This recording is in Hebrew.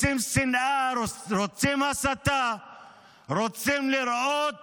רוצים שנאה, רוצים הסתה, רוצים לראות